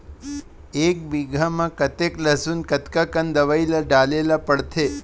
एक बीघा में कतेक लहसुन कतका कन दवई ल डाले ल पड़थे?